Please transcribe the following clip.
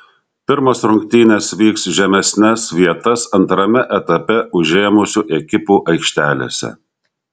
pirmos rungtynės vyks žemesnes vietas antrame etape užėmusių ekipų aikštelėse